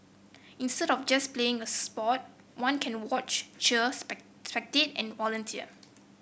instead of just playing a sport one can watch cheer spec spectate and volunteer